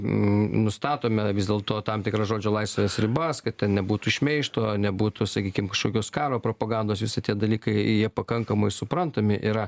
nustatome vis dėlto tam tikras žodžio laisvės ribas kad ten nebūtų šmeižto nebūtų sakykim kažkokios karo propagandos visi tie dalykai jie pakankamai suprantami yra